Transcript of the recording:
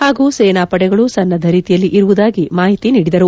ಹಾಗೂ ಸೇನಾ ಪಡೆಗಳು ಸನ್ನದ್ದ ಸ್ಥಿತಿಯಲ್ಲಿ ಇರುವುದಾಗಿ ಮಾಹಿತಿ ನೀಡಿದರು